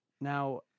Now